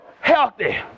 healthy